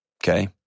Okay